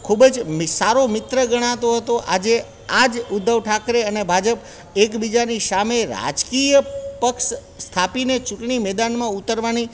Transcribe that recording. ખૂબ જ સારો મિત્ર ગણાતો હતો આજે આજ ઉદ્ધવ ઠાકરે અને ભાજપ એકબીજાની સામે રાજકીય પક્ષ સ્થાપીને ચૂંટણી મેદાનમાં ઊતરવાની